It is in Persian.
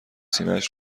سینهاش